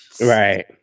Right